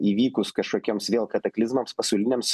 įvykus kažkokiems vėl kataklizmams pasauliniams